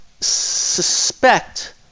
suspect